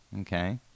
Okay